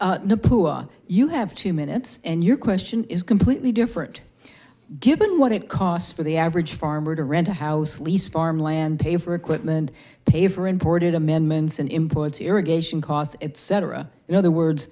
thank you have two minutes and your question is completely different given what it costs for the average farmer to rent a house lease farmland pay for equipment pay for imported amendments and import irrigation costs etc in other words